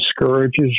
discourages